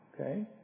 Okay